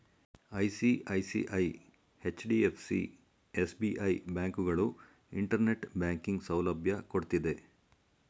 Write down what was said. ICICI, HDFC, SBI, ಬ್ಯಾಂಕುಗಳು internet banking ಸೌಲಭ್ಯ ಕೊಡ್ತಿದ್ದೆ